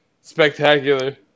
spectacular